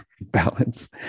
balance